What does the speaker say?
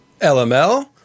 LML